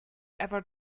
ever